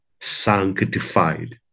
sanctified